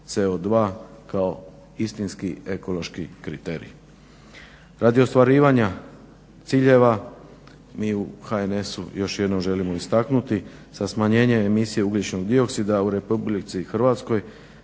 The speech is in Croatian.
CO2 kao istinski ekološki kriterij. Radi ostvarivanja ciljeva mi u HNS-u još jednom želimo istaknuti sa smanjenje emisije ugljičnog dioksida u Republici Hrvatskoj